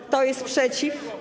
Kto jest przeciw?